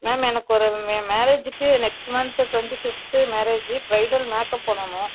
ma'am எனக்கு ஒரு என் மேரேஜிக்கு next month twenty fifth marriage bridal makeup பண்ணணும்